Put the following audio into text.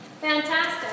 Fantastic